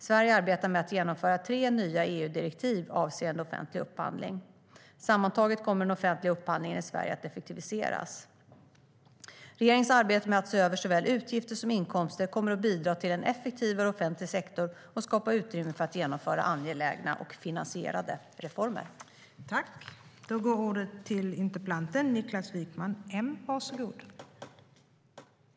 Sverige arbetar med att genomföra tre nya EU-direktiv avseende offentlig upphandling. Sammantaget kommer den offentliga upphandlingen i Sverige att effektiviseras.